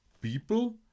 People